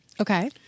Okay